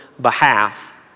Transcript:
behalf